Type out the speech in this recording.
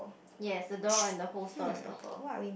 yes the door and the host door is purple